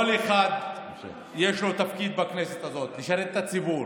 כל אחד יש לו תפקיד בכנסת הזאת, לשרת את הציבור.